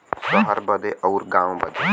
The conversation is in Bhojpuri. सहर बदे अउर गाँव बदे